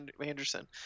Anderson